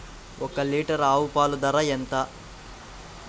ఒక్క లీటర్ ఆవు పాల ధర ఎంత?